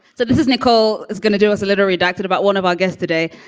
so this is nicole is going to do us a literary ducted about one of our guests today,